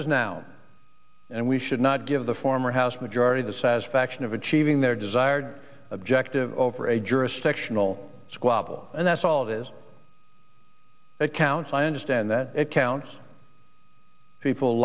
is now and we should not give the former house majority the satisfaction of achieving their desired objective over a jurisdictional squabble and that's all it is that counts i understand that it counts people